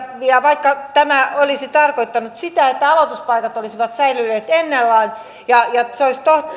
vaikka se olisi tarkoittanut sitä että aloituspaikat olisivat säilyneet ennallaan ja se olisi